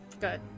good